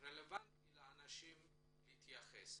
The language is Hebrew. רלוונטי לאנשים להתייחס.